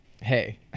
hey